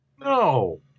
No